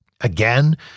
again